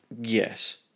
Yes